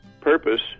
purpose